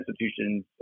institutions